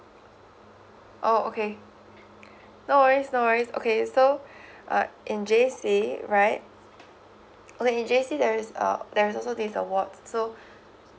oh okay no worries no worries okay so uh in J_C right like in jay c there's um there's also this awards so